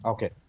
Okay